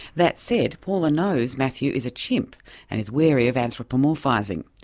that said, paula knows matthew is a chimp and is wary of anthropomorphising.